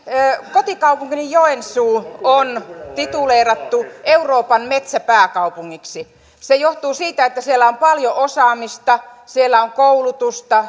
kotikaupunkiani joensuuta on tituleerattu euroopan metsäpääkaupungiksi se johtuu siitä että siellä on paljon osaamista siellä on koulutusta